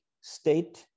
state